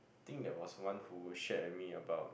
think there was one who shared with me about